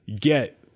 get